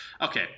okay